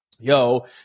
Yo